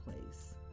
place